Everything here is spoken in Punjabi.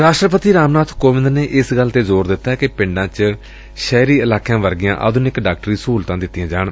ਰਾਸਟਰਪਤੀ ਰਾਮ ਨਾਥ ਕੋਵਿੰਦ ਨੇ ਇਸ ਗੱਲ ਤੇ ਜ਼ੋਰ ਦਿੱਤੈ ਕਿ ਪਿੰਡਾਂ ਚ ਸ਼ਹਿਰੀ ਇਲਾਕਿਆਂ ਵਰਗੀਆਂ ਆਧੁਨਿਕ ਡਾਕਟਰੀ ਸਹੁਲਤਾਂ ਦਿੱਤੀਆਂ ਜਾਣ